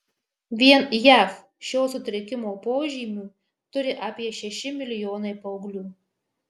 vien jav šio sutrikimo požymių turi apie šeši milijonai paauglių